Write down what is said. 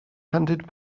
handed